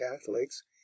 catholics